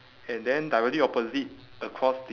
and then directly opposite across the